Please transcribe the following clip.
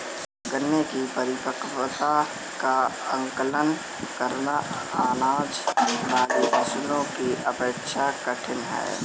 गन्ने की परिपक्वता का आंकलन करना, अनाज वाली फसलों की अपेक्षा कठिन है